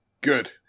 Good